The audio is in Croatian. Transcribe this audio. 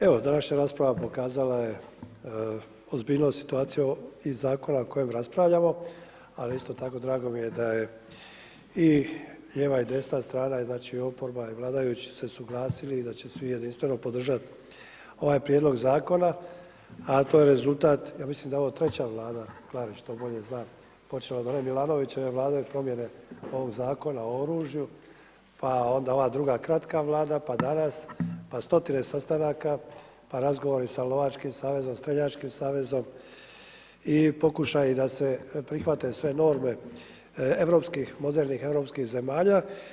Evo današnja rasprava pokazala je ozbiljnost i situaciju i zakona o kojem raspravljamo, ali isto tako drago mi je da je i lijeva i desna strana, znači i oporba i vladajući se suglasili i da će svi jedinstveno podržat ovaj Prijedlog zakona, a to je rezultat, ja mislim da je ovo treća Vlada, Klarić to bolje zna, počelo je od one Milanovićeve Vlade promjene ovog Zakona o oružju, pa onda ova druga kratka Vlada, pa danas, pa stotine sastanaka, pa razgovori sa Lovačkim savezom, Streljačkim savezom i pokušaji da se prihvate sve norme europskih modernih europskih zemalja.